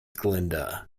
glinda